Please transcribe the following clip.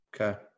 Okay